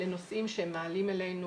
לנושאים שהם מעלים אלינו,